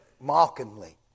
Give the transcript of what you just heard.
mockingly